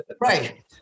right